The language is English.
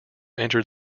enter